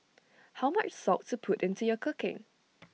how much salt to put into your cooking